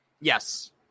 Yes